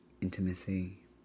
intimacy